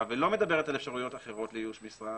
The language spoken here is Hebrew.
ולא מדברת על אפשרויות אחרות לאיוש משרה